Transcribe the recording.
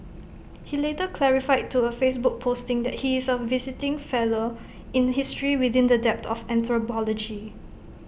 he later clarified to A Facebook posting that he is A visiting fellow in history within the dept of anthropology